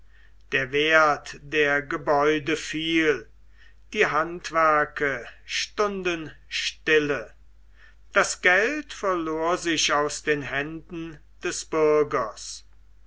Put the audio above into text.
der werth der gebäude fiel die handwerke stunden stille das geld verlor sich aus den händen des bürgers